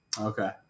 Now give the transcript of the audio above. Okay